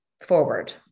forward